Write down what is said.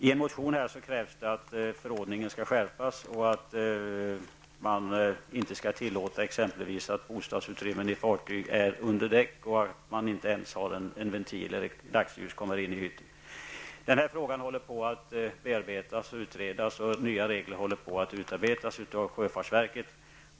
I en motion krävs att förordningen skall skärpas och att bostadsutrymmen i fartyg inte skall tillåtas vara under däck så att det inte finns en ventil för dagsljus att komma in i hytten. Frågan bearbetas och utreds. Nya regler håller på att utarbetas av sjöfartsverket.